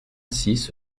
six